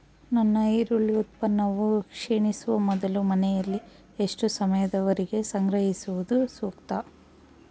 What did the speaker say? ನನ್ನ ಈರುಳ್ಳಿ ಉತ್ಪನ್ನವು ಕ್ಷೇಣಿಸುವ ಮೊದಲು ಮನೆಯಲ್ಲಿ ಎಷ್ಟು ಸಮಯದವರೆಗೆ ಸಂಗ್ರಹಿಸುವುದು ಸೂಕ್ತ?